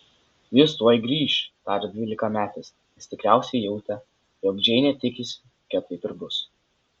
jis tuoj grįš tarė dvylikametis nes tikriausiai jautė jog džeinė tikisi kad taip ir bus